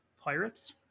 Pirates